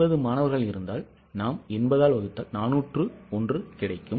80 மாணவர்கள் இருந்தால் நாம் 80 ஆல் வகுத்தால் 401 கிடைக்கும்